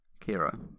Kira